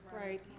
Right